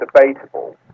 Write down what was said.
debatable